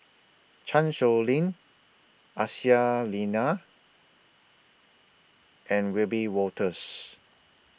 Chan Sow Lin Aisyah Lyana and Wiebe Wolters